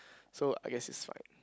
so I guess is fine